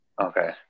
okay